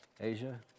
Asia